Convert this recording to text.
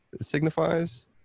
signifies